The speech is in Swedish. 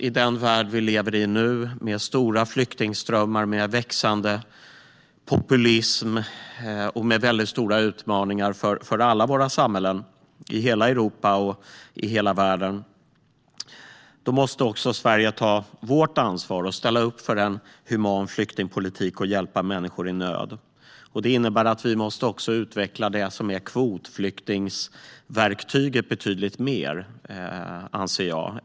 I den värld vi nu lever i, med stora flyktingströmmar, växande populism och stora utmaningar för alla våra samhällen i Europa och världen, måste vi i Sverige ta vårt ansvar och ställa upp för en human flyktingpolitik och hjälpa människor i nöd. Det innebär, anser jag, att vi måste utveckla kvotflyktingsverktyget betydligt mer.